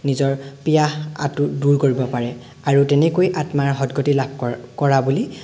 নিজৰ পিয়াহ আতুৰ দূৰ কৰিব পাৰে আৰু তেনেকৈ আত্মাৰ সদগতি লাভ কৰ কৰা বুলি